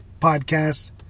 podcasts